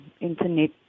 Internet